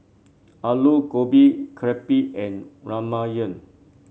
Alu Gobi Crepe and Ramyeon